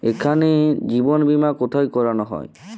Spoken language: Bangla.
এখানে জীবন বীমা কোথায় করানো হয়?